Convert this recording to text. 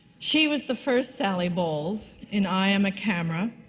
she was the first sally bowles, in i am a camera,